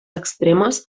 extremes